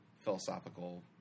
philosophical